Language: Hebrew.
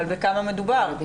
אבל בכמה מדובר?